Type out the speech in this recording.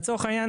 לצורך העניין,